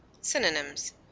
synonyms